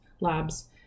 labs